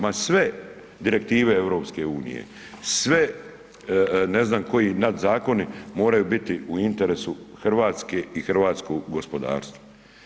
Ma sve direktive EU, sve ne znam koji nadzakoni moraju biti u interesu Hrvatske i hrvatskog gospodarstva.